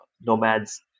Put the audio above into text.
nomads